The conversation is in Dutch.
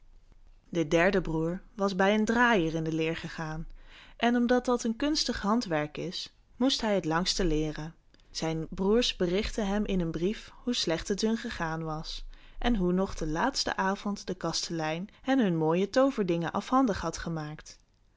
de derde broer was bij een draaier in de leer gegaan en omdat dat een kunstig handwerk is moest hij het langste leeren zijn broers berichtten hem in een brief hoe slecht het hun gegaan was en hoe nog den laatsten avond de kastelein hen hun mooie tooverdingen afhandig had gemaakt